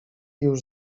już